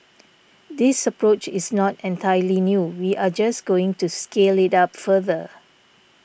this approach is not entirely new we are just going to scale it up further